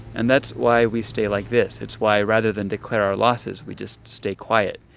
and that's why we stay like this. it's why, rather than declare our losses, we just stay quiet.